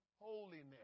holiness